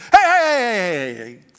hey